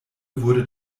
wurde